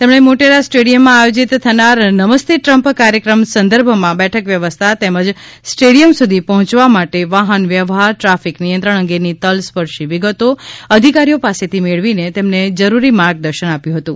તેમણે મોટેરા સ્ટેડિયમમાં આયોજિત થનાર નમસ્તે ટ્રમ્પ કાર્યક્રમ સંદર્ભમાં બેઠક વ્યવસ્થા તેમજ સ્ટેડિયમ સુધી પહોચવા માટે વાહન વ્યવહાર ટ્રાફિક નિયંત્રણ અંગેની તલસ્પર્શી વિગતો અધિકારીઓ પાસેથી મેળવીને તેમને જરૂરી માર્ગદર્શન આપ્યુ હતું